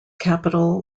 capital